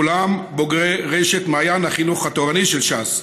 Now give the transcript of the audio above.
כולם בוגרי רשת מעיין החינוך התורני של ש"ס.